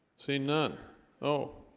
seem none o